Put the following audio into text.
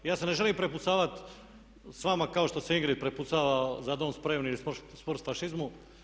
Ja se ne želim prepucavati sa vama kao što se Ingrid prepucava „za dom spremni“ ili „smrt fašizmu“